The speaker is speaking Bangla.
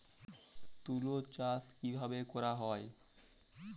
তুলো চাষ কিভাবে করা হয়?